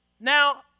Now